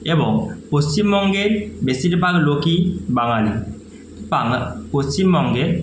এবং পশ্চিমবঙ্গের বেশিরভাগ লোকই বাঙালি পশ্চিমবঙ্গে